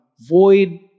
Void